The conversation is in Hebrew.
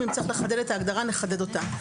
אם צריך לחדד את ההגדרה, נחדד אותה.